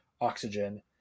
oxygen